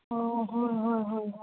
ꯑꯣ ꯍꯣꯏ ꯍꯣꯏ ꯍꯣꯏ